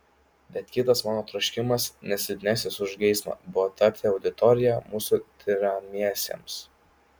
bet kitas mano troškimas ne silpnesnis už geismą buvo tapti auditorija mūsų tiriamiesiems